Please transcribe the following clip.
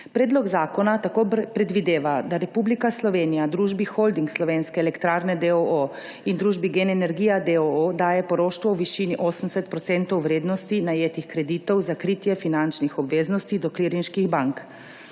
Predlog zakona tako predvideva, da Republika Slovenija družbi Holding Slovenske elektrarne, d. o. o., in družbi Gen Energija, d. o. o., daje poroštvo v višini 80 % vrednosti najetih kreditov za kritje finančnih obveznosti do klirinških bank.